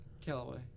Callaway